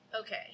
Okay